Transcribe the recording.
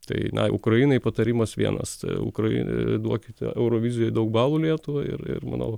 tai na ukrainai patarimas vienas ukrai duokite eurovizijoj daug balų lietuvai ir ir manau